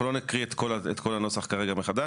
אנחנו לא נקריא את כל הנוסח כרגע מחדש,